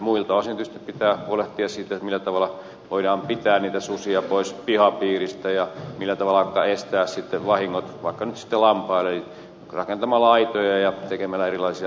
muilta osin tietysti pitää huolehtia siitä millä tavalla voidaan pitää niitä susia pois pihapiiristä ja millä tavalla estää vahingot vaikka nyt sitten lampaille vaikka rakentamalla aitoja ja tekemällä erilaisia muita toimenpiteitä